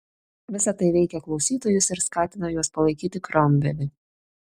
visa tai veikė klausytojus ir skatino juos palaikyti kromvelį